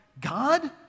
God